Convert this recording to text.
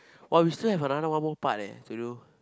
we still have another one more part to do